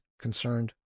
concerned